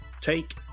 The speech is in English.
take